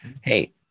hey